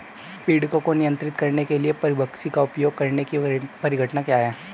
पीड़कों को नियंत्रित करने के लिए परभक्षी का उपयोग करने की परिघटना क्या है?